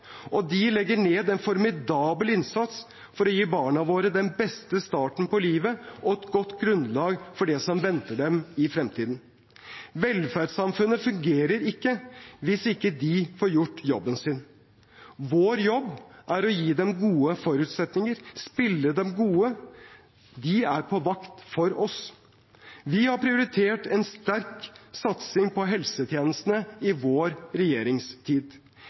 og de legger ned en formidabel innsats for å gi barna våre den beste starten på livet og et godt grunnlag for det som venter dem i fremtiden. Velferdssamfunnet fungerer ikke hvis ikke de får gjort jobben sin. Vår jobb er å gi dem gode forutsetninger, spille dem gode. De er på vakt for oss. Vi har prioritert en sterk satsing på helsetjenestene i vår regjeringstid.